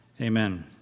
Amen